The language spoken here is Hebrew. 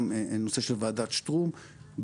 גם הנושא של ועדת שטרום,